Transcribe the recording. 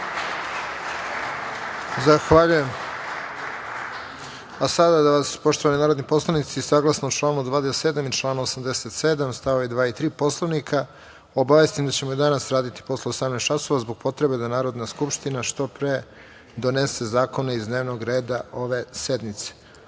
Zahvaljujem. Poštovani narodni poslanici, saglasno članu 27. i članu 87. stavovi 2. i 3. Poslovnika, obaveštavam vas da ćemo danas raditi posle 18.00 časova zbog potrebe da Narodna skupština što pre donese zakone iz dnevnog reda ove sednice. Gospodin